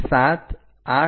123456789 અને 10